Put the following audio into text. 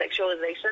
sexualization